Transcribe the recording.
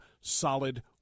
solid